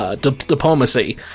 Diplomacy